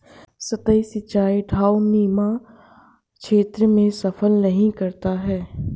सतही सिंचाई ढवाऊनुमा क्षेत्र में सफल नहीं रहता है